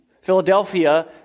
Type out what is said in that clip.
Philadelphia